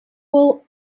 will